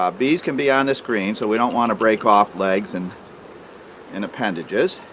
um bees can be on the screen so we don't want to break off legs and and appendages